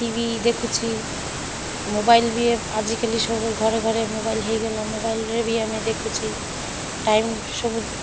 ଟି V ଦେଖୁଛି mobile ବି ଆଜିକାଲି ସବୁ ଘରେ ଘରେ ମୋବାଇଲ ହୋଇଗଲା ମୋବାଇଲରେ ବି ଆମେ ଦେଖୁଛୁ ଟାଇମ୍ ସବୁ